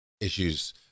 issues